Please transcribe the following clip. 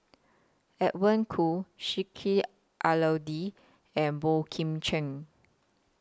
Edwin Koo Sheik Alau'ddin and Boey Kim Cheng